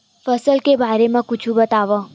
फसल के बारे मा कुछु बतावव